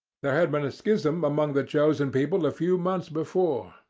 there had been a schism among the chosen people a few months before,